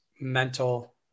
mental